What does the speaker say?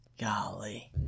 golly